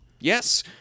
Yes